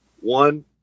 One